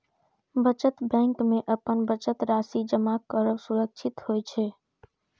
बचत बैंक मे अपन बचत राशि जमा करब सुरक्षित होइ छै